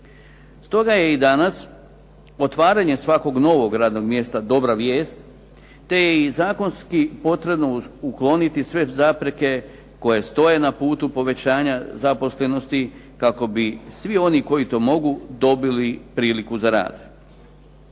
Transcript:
Stoga je i danas otvaranje svakog novog radnog mjesta dobra vijest te je i zakonski potrebno ukloniti sve zapreke koje stoje na putu povećanja zaposlenosti kako bi svi oni koji to mogu dobili priliku za rad.